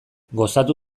gozatu